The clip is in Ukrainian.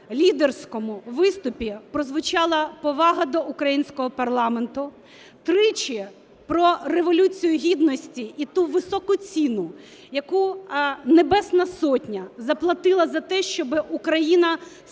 лідерському виступі, прозвучала повага до українського парламенту, тричі про Революцію Гідності і ту високу ціну, яку Небесна Сотня заплатила за те, щоби Україна стала